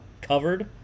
covered